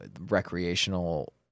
recreational